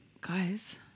Guys